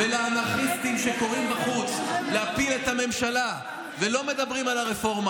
לאנרכיסטים שקוראים בחוץ להפיל את הממשלה ולא מדברים על הרפורמה,